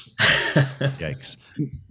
Yikes